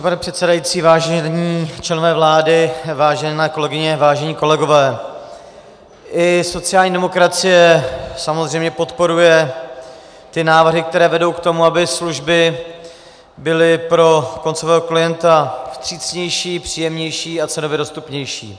Vážený pane předsedající, vážení členové vlády, vážené kolegyně, vážení kolegové, i sociální demokracie samozřejmě podporuje ty návrhy, které vedou k tomu, aby služby byly pro koncového klienta vstřícnější, příjemnější a cenově dostupnější.